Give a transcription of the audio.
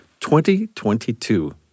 2022